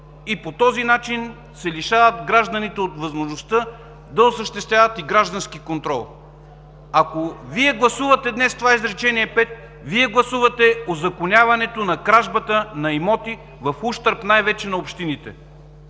и по този начин гражданите се лишават от възможността да осъществяват граждански контрол. Ако Вие днес гласувате това пето изречение, гласувате узаконяването на кражбата на имоти в ущърб най-вече на общините.